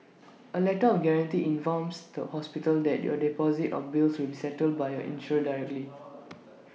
A letter of guarantee informs the hospital that your deposit or bills will be settled by your insurer directly